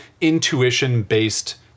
intuition-based